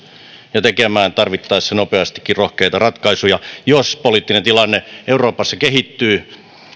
ja tekemään tarvittaessa nopeastikin rohkeita ratkaisuja jos poliittinen tilanne euroopassa kehittyy